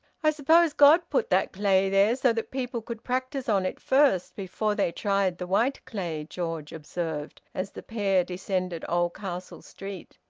i suppose god put that clay there so that people could practise on it first, before they tried the white clay, george observed, as the pair descended oldcastle street.